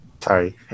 sorry